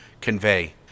convey